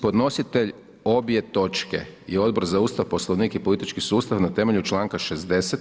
Podnositelj obje točke je Odbor za Ustav, Poslovnik i politički sustav na temelju čl. 60.